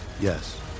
Yes